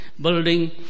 building